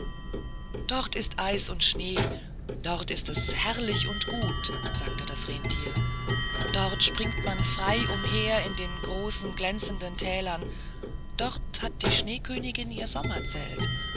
dort ist eis und schnee dort ist es herrlich und gut sagte das renntier dort springt man frei umher in den großen glänzenden thälern dort hat die schneekönigin ihr